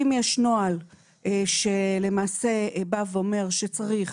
אם יש נוהל שבא ואומר שצריך